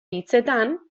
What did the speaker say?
hitzetan